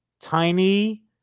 tiny